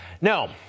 No